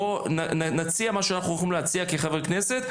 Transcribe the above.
בואו נציע את מה שאנחנו יכולים להציע כחברי כנסת,